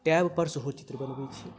tab पर सेहो चित्र बनबै छी